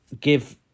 give